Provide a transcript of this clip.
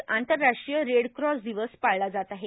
आज आंतरराष्ट्रीय red cross पदवस पाळला जात आहे